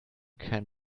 can